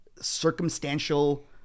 circumstantial